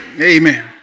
Amen